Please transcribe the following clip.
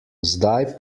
zdaj